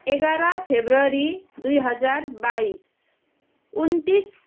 एघार फेब्रुअरी दुई हजार बाइस उनन्तिस